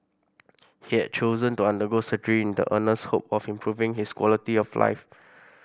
he had chosen to undergo surgery in the earnest hope of improving his quality of life